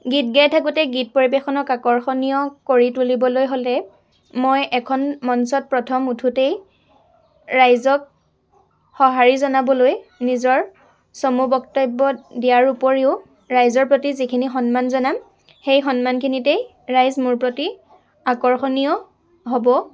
গীত গাই থাকোঁতে গীত পৰিৱেশনক আকৰ্ষণীয় কৰি তুলিবলৈ হ'লে মই এখন মঞ্চত প্ৰথম উঠোঁতেই ৰাইজক সঁহাৰি জনাবলৈ নিজৰ চমু বক্তব্য় দিয়াৰ উপৰিও ৰাইজৰ প্ৰতি যিখিনি সন্মান জনাম সেই সন্মানখিনিতেই ৰাইজ মোৰ প্ৰতি আকৰ্ষণীয় হ'ব